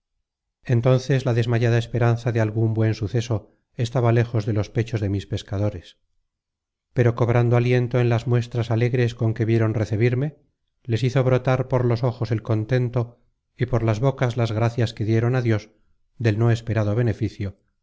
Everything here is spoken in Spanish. entónces la desmayada esperanza de algun buen suceso estaba lejos de los pechos de mis pescadores pero cobrando aliento en las muestras alegres con que vieron recebirme les hizo brotar por los ojos el contento y por las bocas las gracias que dieron á dios del no esperado beneficio